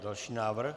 Další návrh.